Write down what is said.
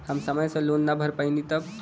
हम समय से लोन ना भर पईनी तब?